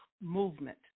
movement